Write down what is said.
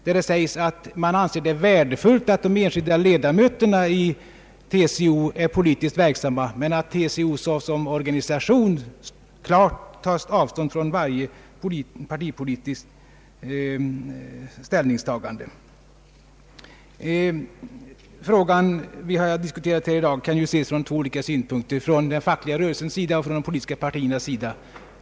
Där framhålls att TCO anser det värdefullt att de enskilda medlemmarna i TCO är politiskt verksamma men att TCO såsom organisation klart tar avstånd från varje partipolitiskt ställningstagande. Frågan som vi har diskuterat här i dag kan ses från två olika synpunkter, från den fackliga rörelsens sida och från de politiska partiernas sida.